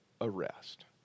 arrest